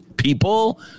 People